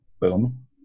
Boom